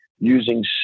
using